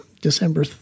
December